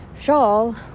shawl